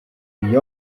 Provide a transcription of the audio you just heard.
gli